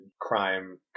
crime